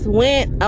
went